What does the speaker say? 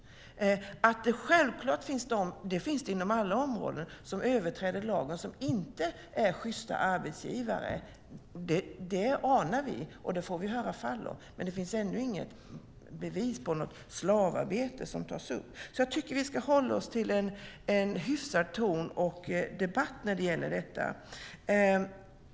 Att det självklart finns de, det finns det inom alla områden, som överträder lagen och som inte är sjysta arbetsgivare anar vi, och det får vi höra fall om, men det finns ännu inget bevis för något slavarbete. Jag tycker att vi ska hålla oss till en hyfsad ton och debatt när det gäller detta.